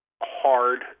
hard